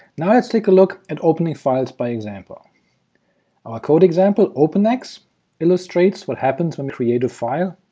now let's take a look at opening files by example our code example openex illustrates what happens when we create a file,